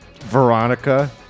Veronica